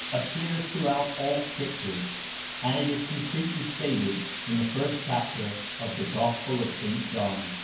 appears throughout all scriptures and it is concretely stated in the first chapter of the gospel of st. john.